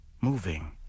moving